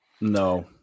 No